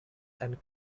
and